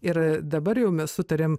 ir dabar jau mes sutarėm